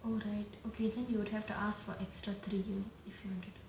oh right okay then you would have to ask for extra three A_Us if you want to do